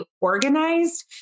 organized